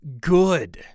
good